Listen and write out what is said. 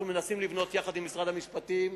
אנחנו מנסים לבנות יחד עם משרד המשפטים,